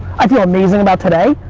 i feel amazing about today,